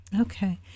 Okay